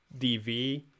DV